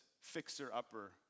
fixer-upper